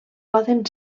poden